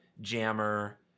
jammer